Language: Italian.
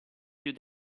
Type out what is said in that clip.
più